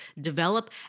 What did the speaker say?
develop